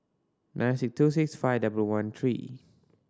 nine six two six five double one three